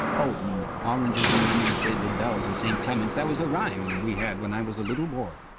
oh oranges and lemons say the bells of st. clement's. that was a rhyme we had when i was a little boy.